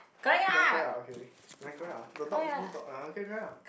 you're correct ah okay you are correct ah the dot no dot ah okay correct ah